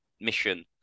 mission